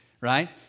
right